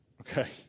Okay